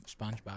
spongebob